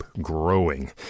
growing